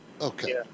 Okay